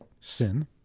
sin